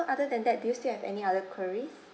other than that do you still have any other queries